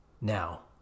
Now